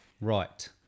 right